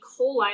coli